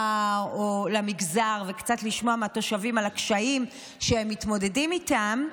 או למגזר וקצת לשמוע מהתושבים על הקשיים שהם מתמודדים איתם,